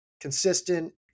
consistent